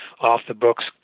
off-the-books